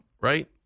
right